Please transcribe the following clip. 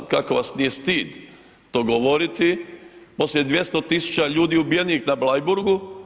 Kako vas nije stid to govoriti poslije 200 tisuća ljudi ubijenih na Bleiburgu?